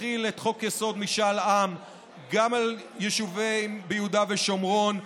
שיחיל את חוק-יסוד: משאל עם גם על יישובים ביהודה ושומרון.